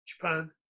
Japan